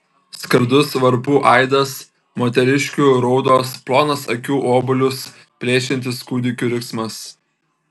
skardus varpų aidas moteriškių raudos plonas akių obuolius plėšiantis kūdikių riksmas